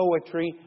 poetry